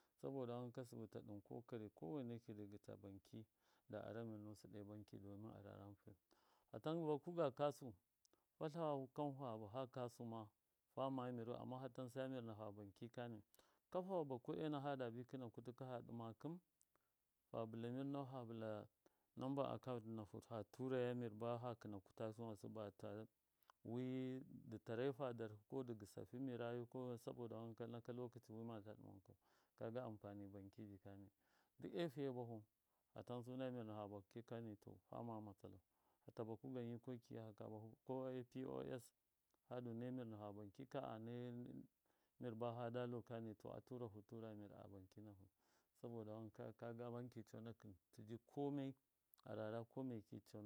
Saboda wanka sɨbi taɗin kokari kowaine ki dɨ gɨta banki da ara mir nusɨ ɗo banki domin arara anfani fatan baku ga kasu fa tlafa kanhu ha bafa kasu ma fama miru amma hatansa mir nafa banki kani kafa fa bakwe ena fadabi kɨna kutɨ ka ha ɗɨma kɨm fa bɨla mir nahu, ha bɨla numba accaunt nahu fa turaya mir bafa kɨna kuta kɨnwasɨ wi dɨ tare fa darhɨ ko dɨ gɨsahu mirayu ko saboda wanka naka lokaci wimata ɗɨma wankau kaga ampani banki jikani duk e fiye bahu hatansu nda mɨr nafa banki kani to fama matsalau hata baku gan yikoki ko p. os hadu nai mir nafa banki a nai mir ba fadalu kani to a turahu tura a banki nahu saboda wanka kaga banki conakɨn tijɨ komai a rara komeki conakɨn.